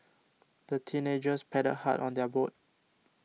the teenagers paddled hard on their boat